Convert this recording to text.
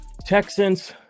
Texans